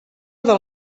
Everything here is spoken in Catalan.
del